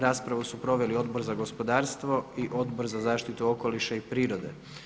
Raspravu su proveli Odbor za gospodarstvo i Odbor za zaštitu okoliša i prirode.